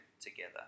together